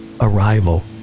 arrival